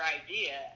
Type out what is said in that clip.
idea